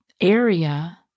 area